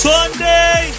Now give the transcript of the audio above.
Sunday